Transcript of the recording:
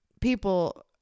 People